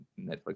Netflix